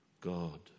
God